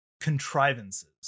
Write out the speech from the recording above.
contrivances